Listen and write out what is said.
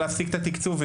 להפסיק את התקצוב,